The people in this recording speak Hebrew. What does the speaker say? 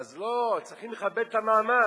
אז צריכים לכבד את המעמד.